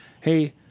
Hey